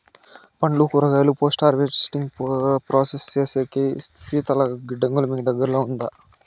పండ్లు కూరగాయలు post harvesting process సేసేకి శీతల గిడ్డంగులు మీకు దగ్గర్లో ఉందా?